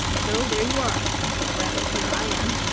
so there you are, or rather here i am.